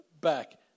back